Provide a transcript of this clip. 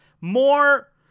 More